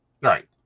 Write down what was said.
Right